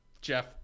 Jeff